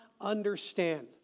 understand